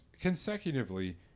consecutively